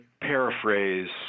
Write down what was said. paraphrase